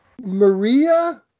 Maria